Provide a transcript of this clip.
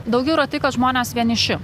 daugiau yra tai kad žmonės vieniši